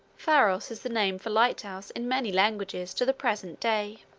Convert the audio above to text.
pharos is the name for light-house, in many languages, to the present day.